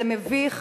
זה מביך.